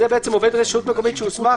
בעצם עובד רשות מקומית שהוסמך